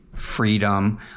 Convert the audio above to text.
freedom